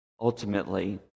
Ultimately